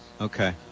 Okay